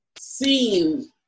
seen